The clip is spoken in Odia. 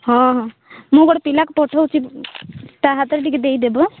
ହଁ ହଁ ମୁଁ ଗୋଟେ ପିଲାକୁ ପଠାଉଛି ତା ହାତରେ ଟିକେ ଦେଇଦେବ